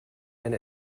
and